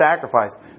sacrifice